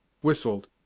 whistled